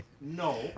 No